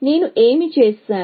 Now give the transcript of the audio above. నేను ఏమి చేసాను